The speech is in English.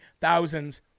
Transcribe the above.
thousands